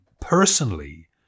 personally